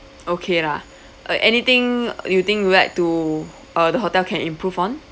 okay lah uh anything you think would like to uh the hotel can improve on